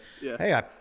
hey